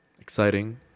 exciting